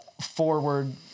forward